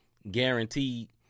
guaranteed